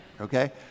Okay